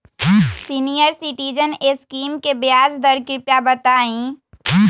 senior citizen scheme के ब्याज दर कृपया बताईं